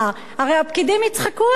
הרי הפקידים יצחקו עליו.